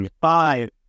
five